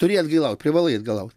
turi atgailaut privalai atgailaut